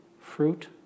fruit